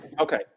okay